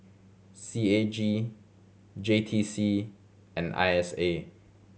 C A G J T C and I S A